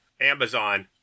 Amazon